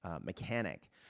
mechanic